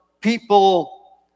people